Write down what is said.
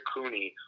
Cooney